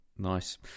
nice